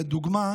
לדוגמה